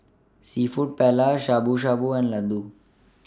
Seafood Paella Shabu Shabu and Ladoo